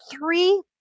three